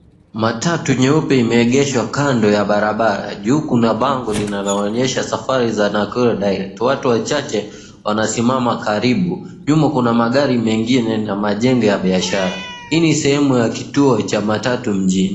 Matatu nyeupe imeegeshwa kando ya barabara juu kuna bango linaloonyesha safari za Nakuru direct watu wachache wanasimama karibu. Nyuma kuna magari mengine na majengo ya biashara, hii ni sehemu ya kituo cha matatu mjini.